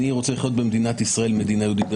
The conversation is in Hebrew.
תכף תגידו איטליה נכון,